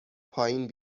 پایین